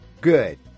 good